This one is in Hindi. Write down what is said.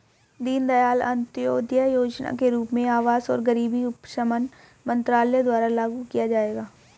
दीनदयाल अंत्योदय योजना के रूप में आवास और गरीबी उपशमन मंत्रालय द्वारा लागू किया जाएगा